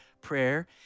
prayer